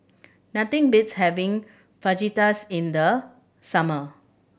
nothing beats having Fajitas in the summer